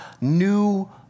new